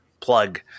plug